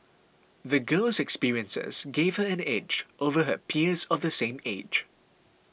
the girl's experiences gave her an edge over her peers of the same age